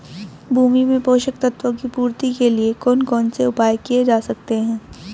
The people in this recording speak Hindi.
भूमि में पोषक तत्वों की पूर्ति के लिए कौन कौन से उपाय किए जा सकते हैं?